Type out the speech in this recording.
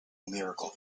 miracle